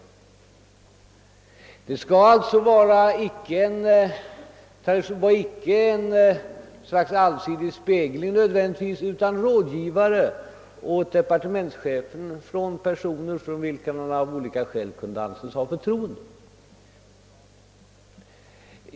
Rådet skall alltså icke nödvändigtvis utgöra en allsidig spegling av olika åsikter, utan det skall bestå av rådgivare för vilka departementschefen kan ha förtroende.